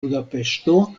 budapeŝto